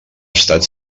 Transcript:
estat